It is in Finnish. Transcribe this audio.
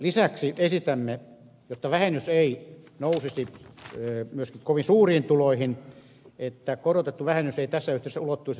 lisäksi esitämme että korotettu vähennys ei tässä yhteydessä ulottuisi tarkoitettua suurempiin tuloihin että korotettu vähennys ei pesetysulottuisi